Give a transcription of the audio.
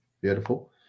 Beautiful